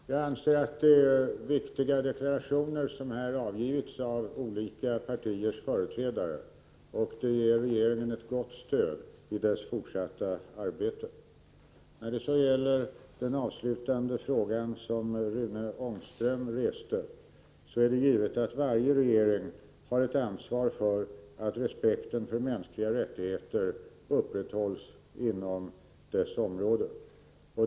Fru talman! Jag anser att det är viktiga deklarationer som här avgivits av olika partiers företrädare. De deklarationerna ger regeringen ett gott stöd i dess fortsatta arbete. När det så gäller den avslutande fråga som Rune Ångström reste är det givet att varje regering har ett ansvar för att respekten för mänskliga rättigheter upprätthålls inom dess område.